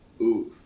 Oof